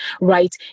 right